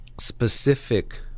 specific